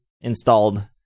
installed